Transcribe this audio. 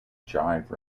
jive